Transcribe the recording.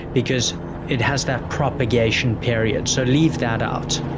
because it has that propagation period, so leave that out.